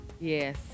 yes